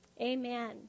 amen